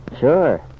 Sure